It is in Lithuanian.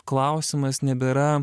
klausimas nebėra